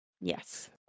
Yes